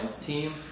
team